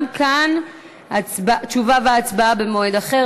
גם כאן תשובה והצבעה במועד אחר.